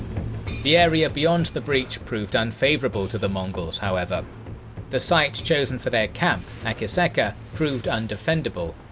the area beyond the breach proved unfavourable to the mongols however the site chosen for their camp, akasaka, proved undefendable,